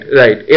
right